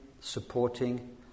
supporting